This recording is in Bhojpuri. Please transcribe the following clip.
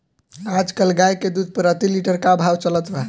आज कल गाय के दूध प्रति लीटर का भाव चलत बा?